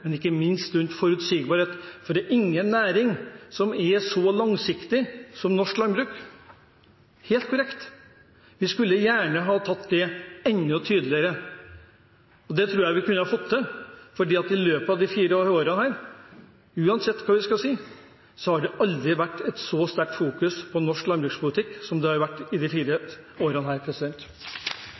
men ikke minst rundt forutsigbarhet. Det er ingen næring som er så langsiktig som norsk landbruk. Det er helt korrekt. Vi skulle gjerne hatt det enda tydeligere, og det tror jeg vi kunne fått til, for uansett hva man sier, har det aldri vært et så sterkt fokus på norsk landbrukspolitikk som i disse fire årene. Det skjer mye på Stortinget i